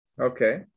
Okay